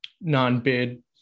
non-bid